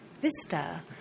vista